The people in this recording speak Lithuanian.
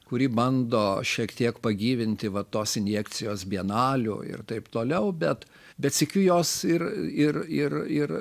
kurį bando šiek tiek pagyvinti va tos injekcijos bienalių ir taip toliau bet bet sykiu jos ir ir ir ir